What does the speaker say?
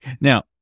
Now